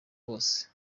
bose